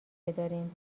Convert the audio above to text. بداریم